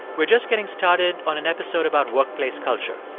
we're just getting started on an episode about workplace culture.